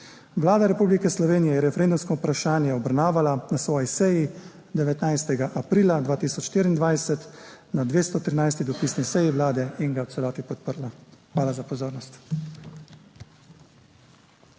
Vlada Republike Slovenije je referendumsko vprašanje obravnavala na svoji seji 19. aprila 2024, na 213. dopisni seji Vlade in ga v celoti podprla. Hvala za pozornost.